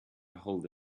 ahold